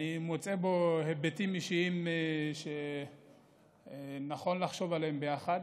אני מוצא בו היבטים אישיים שנכון לחשוב עליהם ביחד,